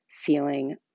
feeling